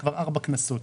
כבר ארבע כנסות.